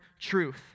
truth